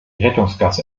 rettungsgasse